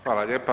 Hvala lijepa.